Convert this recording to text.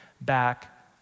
back